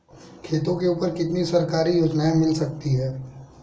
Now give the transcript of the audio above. खेतों के ऊपर कितनी सरकारी योजनाएं मिल सकती हैं?